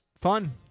fun